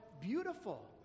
beautiful